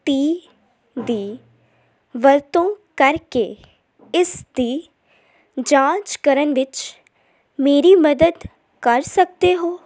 ਤੀਹ ਦੀ ਵਰਤੋਂ ਕਰਕੇ ਇਸ ਦੀ ਜਾਂਚ ਕਰਨ ਵਿੱਚ ਮੇਰੀ ਮਦਦ ਕਰ ਸਕਦੇ ਹੋ